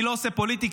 אני לא עושה פוליטיקה,